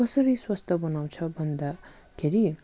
कसरी स्वस्थ बनाउँछ भन्दाखेरि